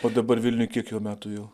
o dabar vilniuj kiek jau metų jau